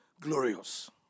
glorious